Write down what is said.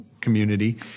community